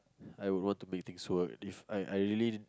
I will want to make things work If I I really